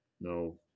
No